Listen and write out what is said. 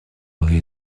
aurait